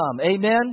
Amen